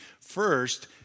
First